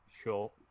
sure